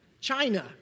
China